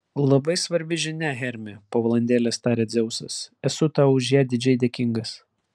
labai svarbi žinia hermi po valandėlės tarė dzeusas esu tau už ją didžiai dėkingas